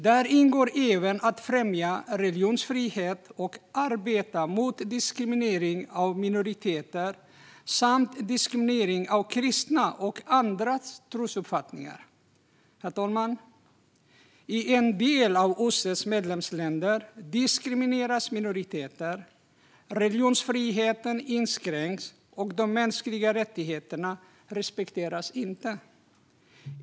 Där ingår även att främja religionsfrihet och att arbeta mot diskriminering av minoriteter och diskriminering av kristna och anhängare av andra trosuppfattningar. Herr talman! I en del av OSSE:s medlemsländer diskrimineras minoriteter, religionsfriheten inskränks och de mänskliga rättigheterna respekteras inte.